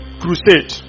crusade